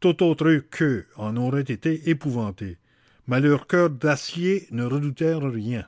tout autre qu'eux en aurait été épouvantés mais leurs coeurs d'acier ne redoutèrent rien